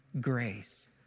grace